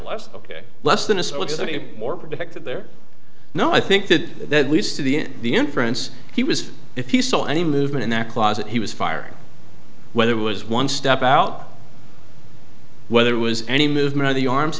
less ok less than a so it's a bit more protected there no i think that that leads to the the inference he was if he saw any movement in that closet he was firing whether it was one step out whether it was any movement of the arms